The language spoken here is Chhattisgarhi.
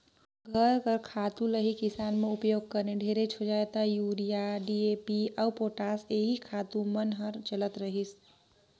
घर कर खातू ल ही किसान मन उपियोग करें ढेरेच होए जाए ता यूरिया, डी.ए.पी अउ पोटास एही खातू मन हर चलत रहिस